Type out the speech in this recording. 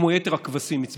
כמו יתר הכבשים.